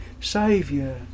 saviour